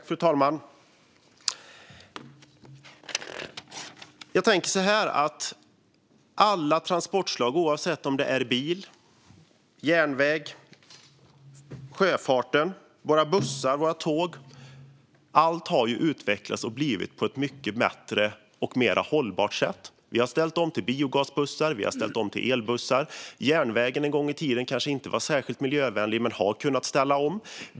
Fru talman! Jag tänker så här: Alla transportslag, oavsett om det är bil, järnväg eller sjöfart, våra bussar, våra tåg - allt har ju utvecklats och blivit mycket bättre och mer hållbart. Vi har ställt om till biogasbussar. Vi har ställt om till elbussar. Järnvägen var kanske inte särskilt miljövänlig en gång i tiden, men den har kunnat ställa om.